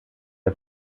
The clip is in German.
der